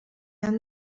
han